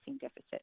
deficit